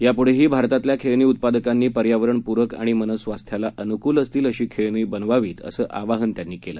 यापुढेही भारतातल्या खेळणी उत्पादकांनी पर्यावरणपुरक आणि मनस्वास्थ्याला अनुकूल असतील अशी खेळणी बनवावित असं आवाहन त्यांनी केलं